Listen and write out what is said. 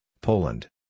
Poland